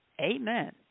Amen